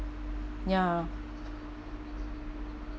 ya